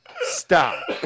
Stop